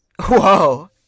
Whoa